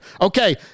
Okay